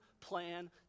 plan